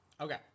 Okay